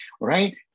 right